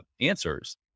answers